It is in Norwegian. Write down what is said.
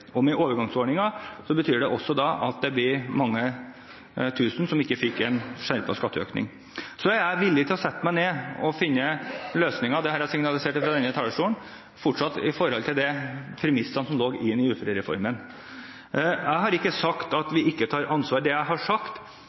Og med den overgangsordningen blir det også mange tusen som ikke fikk en skjerpet skatteøkning. Jeg er villig til å sette meg ned og finne løsninger, og det har jeg signalisert fra denne talerstolen – fortsatt ut fra de premissene som lå i uførereformen. Jeg har ikke sagt at vi ikke tar ansvar. Det jeg har sagt,